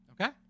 Okay